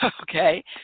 Okay